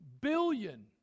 billion